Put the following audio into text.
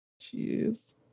Jeez